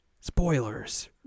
Spoilers